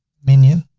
minion.